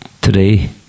today